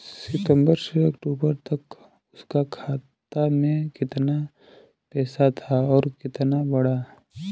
सितंबर से अक्टूबर तक उसका खाता में कीतना पेसा था और कीतना बड़ा?